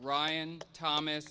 ryan thomas